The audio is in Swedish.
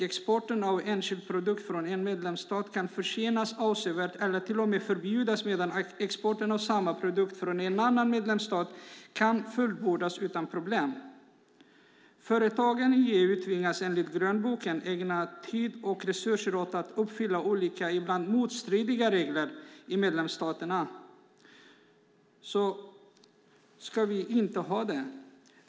Exporten av en särskild produkt från en medlemsstat kan avsevärt försenas eller till och med förbjudas medan export av samma sorts produkt från en annan medlemsstat kan fullbordas utan problem. Företagen i EU tvingas, enligt grönboken, ägna tid och resurser åt att uppfylla olika och ibland motstridiga regler i medlemsstaterna. Så ska vi inte ha det.